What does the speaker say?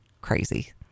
crazy